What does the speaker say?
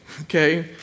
Okay